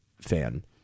fan